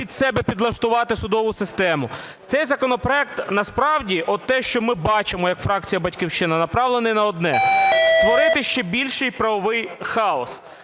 під себе підлаштувати судову систему. Цей законопроект насправді, оте, що ми бачимо як фракція "Батьківщина", направлений на одне – створити ще більший правовий хаос.